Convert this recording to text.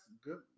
good